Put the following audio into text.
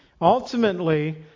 Ultimately